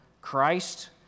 Christ